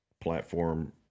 platform